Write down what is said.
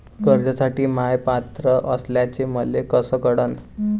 कर्जसाठी म्या पात्र असल्याचे मले कस कळन?